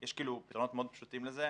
יש פתרונות מאוד פשוטים לזה.